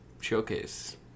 showcase